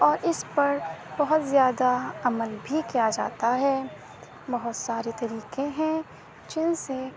اور اس پر بہت زیادہ عمل بھی کیا جاتا ہے بہت سارے طریقے ہیں جن سے